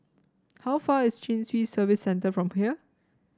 how far is Chin Swee Service Centre from here